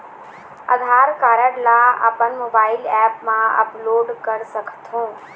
आधार card ला अपन mobile app मा अपलोड कर सकथों?